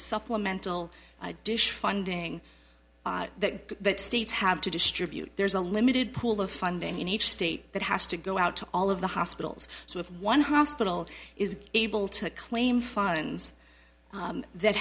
supplemental funding that that states have to distribute there's a limited pool of funding in each state that has to go out to all of the hospitals so if one hospital is able to claim funds that